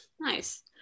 Nice